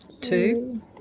Two